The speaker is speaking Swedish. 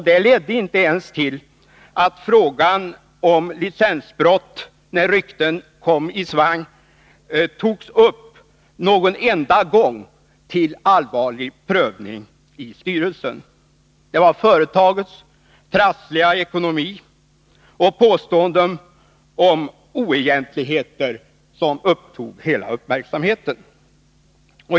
Det ledde inte ens till att frågan om licensbrott, när rykten härom kom i svang, en enda gång togs upp till allvarlig prövning i styrelsen. Det var företagets trassliga ekonomi och påståenden om oegentligheter som drog all uppmärksamhet till sig.